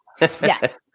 Yes